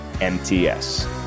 mts